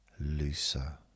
looser